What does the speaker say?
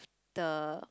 the